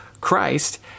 Christ